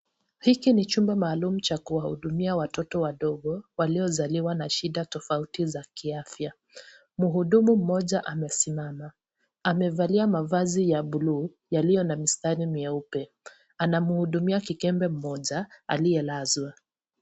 Hiki ni chumba maalum cha kuwahudumia watoto wadogo waliozaliwa na shida tofauti za kiafya, mhudumu mmoja amesimama amevalia mavazi ya buluu yaliyo na misitari mweupe anamhudumia kikembe mmoja aliyelazwa.